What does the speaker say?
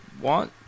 want